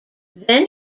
then